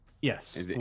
Yes